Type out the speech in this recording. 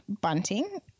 bunting